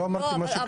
לא אמרתי מה שכתוב.